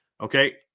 Okay